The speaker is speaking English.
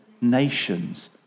nations